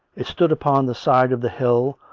it srtood upon the side of the hill,